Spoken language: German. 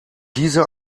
diese